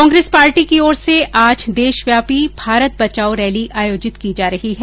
Congress party की ओर से आज देशव्यापी भारत बचाओ रैली आयोजित की जा रही है